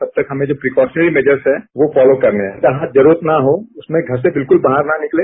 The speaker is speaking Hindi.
तब तक हमें जो प्रीक्योशनरी मेजर्स है वो फोलो करने हैं जहां जरूरत न हो उसमें घर से बिल्कुल बाहर न निकले